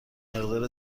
مقدار